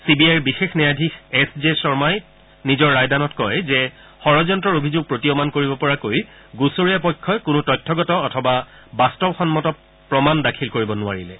C B আইৰ বিশেষ ন্যায়াধীশ এছ জে শৰ্মহি নিজৰ ৰায়দানত কয় যে ষড্যন্তৰ অভিযোগ প্ৰতীয়মান কৰিব পৰাকৈ গুচৰীয়া পক্ষই কোনো তথ্যগত অথবা বাস্তৱসন্মত প্ৰমাণ দাখিল কৰিব নোৱাৰিলে